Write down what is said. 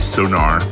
Sonar